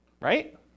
right